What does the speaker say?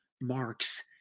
marks